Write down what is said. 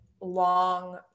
long